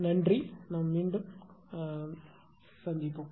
நன்றி நாம் திரும்புவோம்